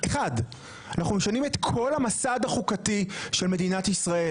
אנחנו משנים את כל המסד החוקתי של מדינת ישראל,